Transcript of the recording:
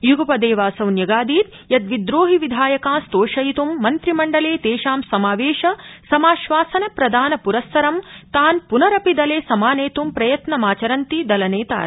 य्गपदेवासौ न्यगादीत् यत् विद्रोहि विधायकास्तोषयित् मन्द्रिमण्डले तेषां समावेश समाश्वासन प्रदान प्रस्सरं तान् प्नरपि दले समानेत् प्रयत्नमाचरन्ति दलनेतार